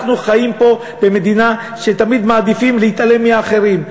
אנחנו חיים פה במדינה שבה תמיד מעדיפים להתעלם מהאחרים,